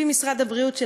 לפי משרד הבריאות,